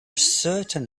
certain